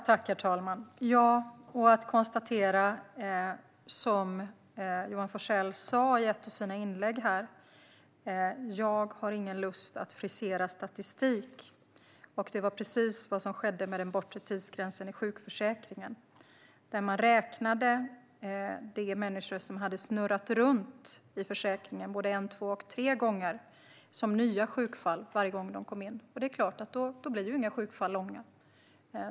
Herr talman! Jag konstaterar, som Johan Forssell sa i ett av sina inlägg här, att jag inte har någon lust att frisera statistik. Det var precis vad som skedde med den bortre tidsgränsen i sjukförsäkringen: Man räknade de människor som hade snurrat runt i försäkringen en, två och tre gånger som nya sjukfall varje gång de kom in. Det är klart att då blir ju inga sjukfall långa.